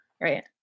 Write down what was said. Right